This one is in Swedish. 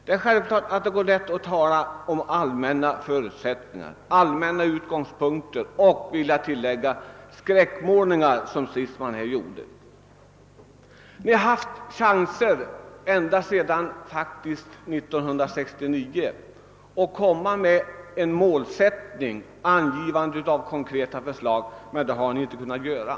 Det är självklart att det går lätt att tala om allmänna förutsättningar, allmänna utgångspunkter och — det vill jag tillägga — göra skräckmålningar i likhet med dem som herr Stridsman gjorde. Ni har faktiskt haft chanser ända sedan 1969 att komma med en målsättning med angivande av konkreta förslag, men det har ni inte kunnat göra.